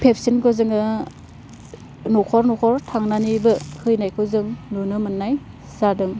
भेकसिनखौ जोङो नख'र नख'र थांनानैबो हैनायखौ जों नुनो मोन्नाय जादों